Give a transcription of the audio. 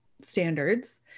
standards